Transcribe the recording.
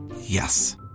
Yes